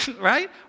Right